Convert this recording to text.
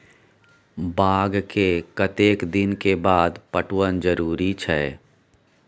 बाग के कतेक दिन के बाद पटवन जरूरी छै?